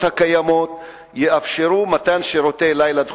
הקיימות יאפשרו מתן שירותי לילה דחופים.